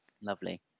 Lovely